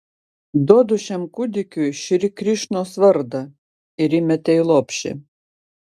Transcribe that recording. duodu šiam kūdikiui šri krišnos vardą ir įmetė į lopšį